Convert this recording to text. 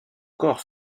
corps